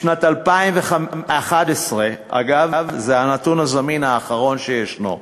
בשנת 2011, אגב, זה הנתון הזמין האחרון שישנו,